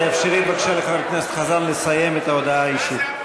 תאפשרי בבקשה לחבר הכנסת חזן לסיים את ההודעה האישית.